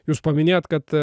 jūs paminėjot kad